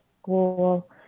school